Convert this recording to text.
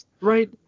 right